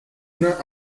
una